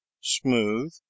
smooth